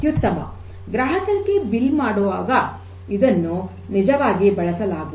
ಅತ್ಯುತ್ತಮ ಗ್ರಾಹಕರಿಗೆ ಬಿಲ್ ಅನ್ನು ಮಾಡುವಾಗ ಅದನ್ನು ನಿಜವಾಗಿ ಬಳಸಲಾಗುವುದು